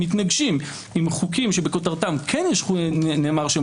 הם מתנגשים עם חוקים שבכותרתם כן נאמר שהם